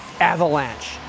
Avalanche